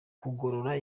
kugorora